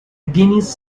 guinness